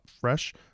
fresh